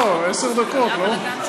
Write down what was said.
לא, עשר דקות, לא?